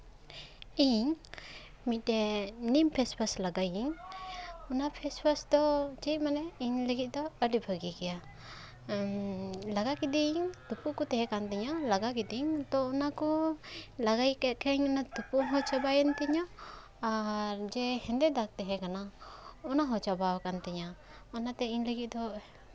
ᱤᱧ ᱢᱤᱫᱴᱮᱡ ᱱᱤᱢ ᱯᱷᱮᱥ ᱳᱣᱟᱥ ᱞᱟᱜᱟᱣ ᱮᱫᱟᱹᱧ ᱚᱱᱟ ᱯᱷᱮᱥ ᱳᱣᱟᱥ ᱫᱚ ᱪᱮᱫ ᱢᱟᱱᱮ ᱤᱧ ᱞᱟᱹᱜᱤᱫ ᱫᱚ ᱟᱹᱰᱤ ᱵᱷᱟᱜᱮ ᱜᱮᱭᱟ ᱞᱟᱜᱟ ᱠᱮᱫᱟᱹᱧ ᱛᱩᱯᱩᱜ ᱠᱚ ᱛᱟᱦᱮᱸ ᱠᱟᱱ ᱛᱤᱧᱟᱹ ᱞᱟᱜᱟ ᱠᱮᱫᱟᱹᱧ ᱛᱚ ᱚᱱᱟ ᱠᱚ ᱞᱟᱜᱟᱭ ᱠᱟᱡ ᱠᱷᱟᱜ ᱤᱧ ᱚᱱᱟ ᱛᱩᱯᱩᱜ ᱦᱚᱸ ᱪᱟᱵᱟᱭᱮᱱ ᱛᱤᱧᱟᱹ ᱟᱨ ᱡᱮ ᱦᱮᱸᱫᱮ ᱫᱟᱜ ᱛᱟᱦᱮᱸ ᱠᱟᱱᱟ ᱚᱱᱟᱦᱚᱸ ᱪᱟᱵᱟ ᱟᱠᱟᱱ ᱛᱤᱧᱟᱹ ᱚᱱᱟᱛᱮ ᱤᱧ ᱞᱟᱹᱜᱤᱫ ᱫᱚ